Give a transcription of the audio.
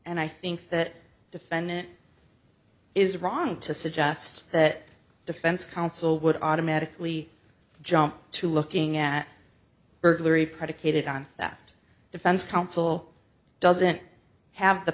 and i think that defendant is wrong to suggest that defense counsel would automatically jump to looking at burglary predicated on that defense counsel doesn't have the